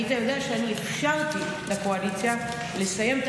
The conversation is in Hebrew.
היית יודע שאני אפשרתי לקואליציה לסיים את